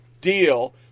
deal